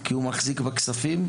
כי הוא מחזיק בכספים,